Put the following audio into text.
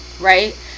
right